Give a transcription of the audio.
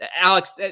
Alex